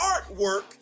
artwork